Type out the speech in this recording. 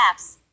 Apps